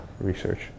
research